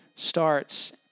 starts